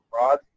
Rod